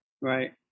right